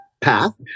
path